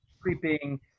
creeping